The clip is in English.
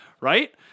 right